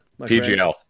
PGL